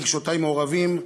רגשותי מעורבים: